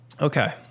Okay